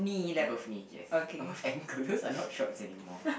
above knee yes above ankle those are not shorts anymore